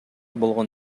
болгон